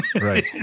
Right